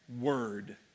word